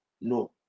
no